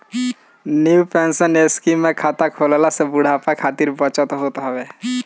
new pension scheme में खाता खोलला से बुढ़ापा खातिर बचत होत हवे